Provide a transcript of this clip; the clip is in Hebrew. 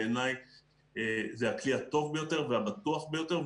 בעיניי זה הכלי הטוב ביותר והבטוח ביותר,